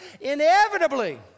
inevitably